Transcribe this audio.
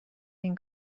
این